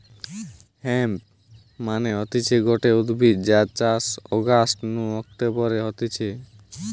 hemp মানে হতিছে গটে উদ্ভিদ যার চাষ অগাস্ট নু অক্টোবরে হতিছে